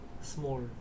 Small